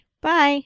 Bye